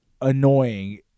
annoying